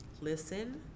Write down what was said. listen